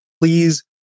please